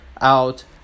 out